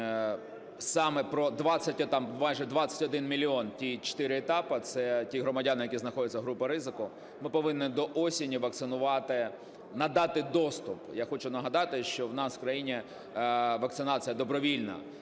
а там майже 21 мільйон, ті чотири етапи. Це ті громадяни, які знаходяться у групі ризику, ми повинні до осені вакцинувати, надати доступ. Я хочу нагадати, що у нас в країні вакцинація добровільна.